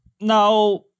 now